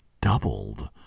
doubled